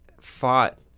fought